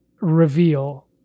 reveal